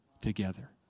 together